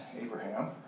Abraham